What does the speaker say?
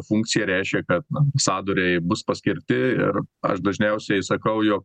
funkcija reiškia kad ambasadoriai bus paskirti ir aš dažniausiai sakau jog